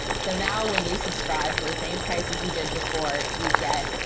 so now when you subscribe for the same price as you did before you get,